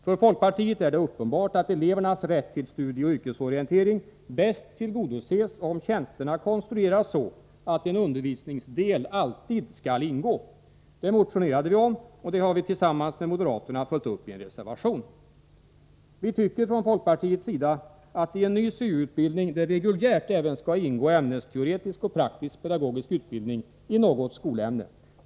För folkpartiet är det uppenbart att elevernas rätt till studieoch yrkesorientering bäst tillgodoses om tjänsterna konstrueras så att en undervisningsdel alltid skall ingå. Det motionerade vi om och det har vi tillsammans med moderaterna följt upp i en reservation. Vi tycker från folkpartiets sida att det i en ny syo-utbildning även reguljärt skall ingå ämnesteoretisk och praktisk-pedagogisk utbildning i något skolämne.